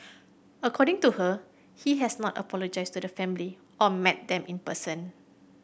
according to her he has not apologised to the family or met them in person